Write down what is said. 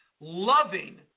loving